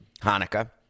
Hanukkah